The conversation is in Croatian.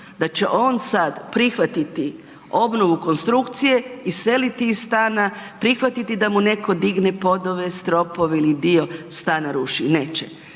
da će on sad prihvatiti obnovu konstrukcije, iseliti iz stana, prihvatiti da mu netko digne podove, stropove ili dio stana ruši, neće.